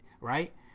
right